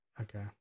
Okay